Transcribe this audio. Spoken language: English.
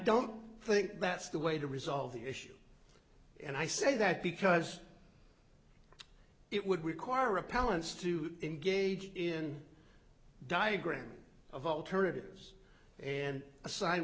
don't think that's the way to resolve the issue and i say that because it would require repellents to engage in diagrams of alternatives and assign